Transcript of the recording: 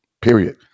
period